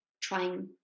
trying